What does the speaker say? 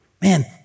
Man